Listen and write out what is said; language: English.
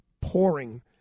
pouring